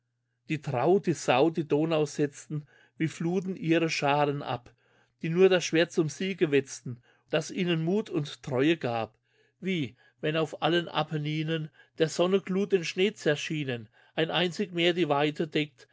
die dran die sau die donau setzten wie fluten ihre schaaren ab die nur das schwert zum siege wetzten das ihnen muth und treue gab wie wenn auf allen apeninnen der sonne glut den schnee zerschienen ein einzig meer die weite